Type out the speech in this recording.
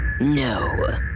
no